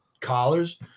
collars